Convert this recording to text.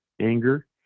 Anger